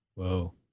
Whoa